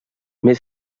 més